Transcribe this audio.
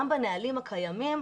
גם הנהלים הקיימים,